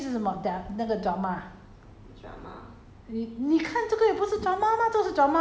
ah but 那个是 n~ no 你是说戏剧是什么 their 那个 drama ah